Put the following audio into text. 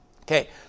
Okay